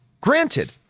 Granted